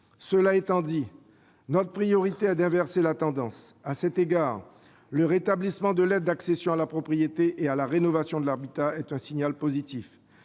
Cela étant dit, notre priorité est d'inverser la tendance. À cet égard, le rétablissement de l'aide à l'accession à la propriété et à la rénovation de l'habitat est un signal positif.